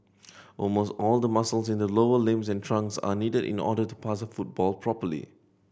almost all the muscles in the lower limbs and trunk are needed in order to pass a football properly